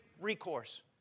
recourse